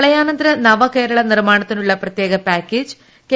പ്രളയാനന്തര നവകേരള നിർമ്മാണത്തിനുള്ള പ്രത്യേക പാക്കേജ് കെ